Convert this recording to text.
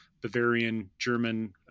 Bavarian-German